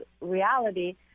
reality